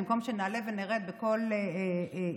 במקום שנעלה ונרד בכל הסתייגות,